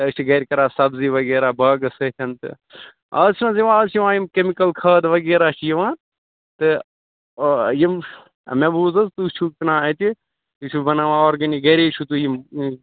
أسۍ چھِ گَرِ کران سبزی وغیرہ باغَس سۭتۍ تہِ آز چھِنہٕ حظ یِوان آز چھِ یِوان یِم کٮ۪مکَل کھادٕ وغیرہ چھِ یِوان آ تہٕ یِم مےٚ بوٗز تُہۍ چھُو کٔنان اَتہِ تُہۍ چھُو بناوان آرگٔنِک گَری چھُو تُہۍ یِم